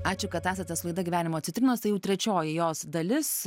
ačiū kad esate su laida gyvenimo citrinos tai jau trečioji jos dalis